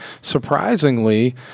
Surprisingly